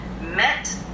Met